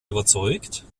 überzeugt